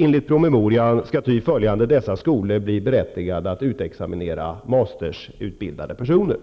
Enligt promemorian skall dessa skolor bli berättigade att utexaminera mastersutbildade personer.